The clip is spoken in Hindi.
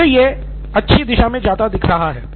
मुझे यह अच्छी दिशा मे जाता दिख रहा है